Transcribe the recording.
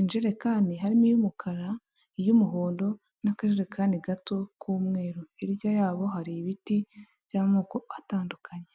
injerekani harimo iy'umukara, iy'umuhondo n'akajerekani gato k'umweru, hirya yabo hari ibiti by'amoko atandukanye.